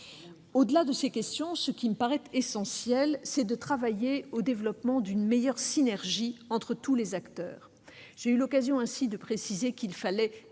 Au-delà de ces questions, il me paraît essentiel de travailler au développement d'une meilleure synergie entre tous les acteurs. J'ai eu l'occasion de le dire, il faut